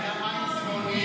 היו מים צבעוניים.